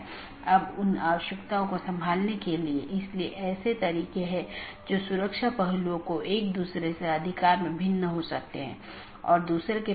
और जैसा कि हम समझते हैं कि नीति हो सकती है क्योंकि ये सभी पाथ वेक्टर हैं इसलिए मैं नीति को परिभाषित कर सकता हूं कि कौन पारगमन कि तरह काम करे